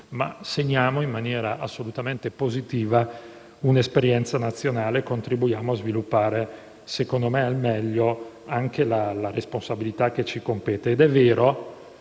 ma segniamo, in maniera assolutamente positiva, un'esperienza nazionale e contribuiamo a sviluppare, secondo me al meglio, anche la responsabilità che ci compete. È vero